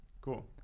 cool